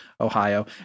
Ohio